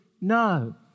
No